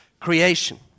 Creation